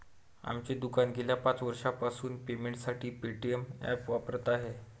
आमचे दुकान गेल्या पाच वर्षांपासून पेमेंटसाठी पेटीएम ॲप वापरत आहे